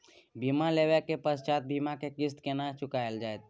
बीमा लेबा के पश्चात बीमा के किस्त केना चुकायल जेतै?